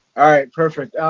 ah right. perfect.